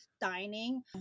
dining